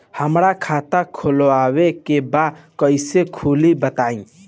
हमरा खाता खोलवावे के बा कइसे खुली बताईं?